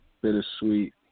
Bittersweet